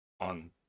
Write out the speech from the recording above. on